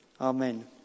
Amen